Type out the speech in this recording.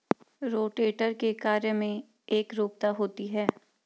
rotator के कार्य में एकरूपता होती है